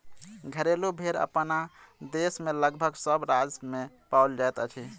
घरेलू भेंड़ अपना देश मे लगभग सभ राज्य मे पाओल जाइत अछि